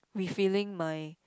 refilling my